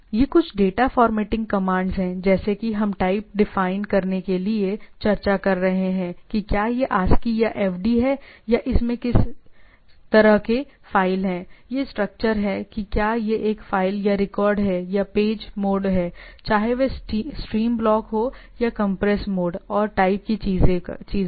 ये कुछ data formatting commands हैं जैसे कि हम टाइप डिफाइन करने के लिए चर्चा कर रहे हैं कि क्या यह ASCII या FD है या इसमें किस तरह की फाइल है यह स्ट्रक्चर है कि क्या यह एक फाइल या रिकॉर्ड है या पेज MODE है चाहे वह स्ट्रीम ब्लॉक हो या कंप्रेस मोड और टाइप की चीज़ों का